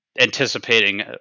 anticipating